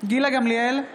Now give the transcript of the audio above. גילה גמליאל,